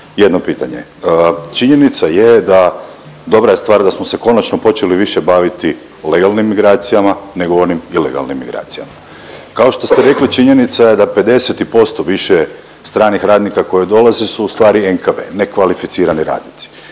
jedno pitanje. Činjenica je da, dobra je stvar da smo se konačno počeli više baviti legalnim migracijama nego onim ilegalnim migracijama. Kao što ste rekli, činjenica je da 50 i posto više stranih radnika koji dolaze su NKV, nekvalificirani radnici.